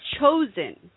chosen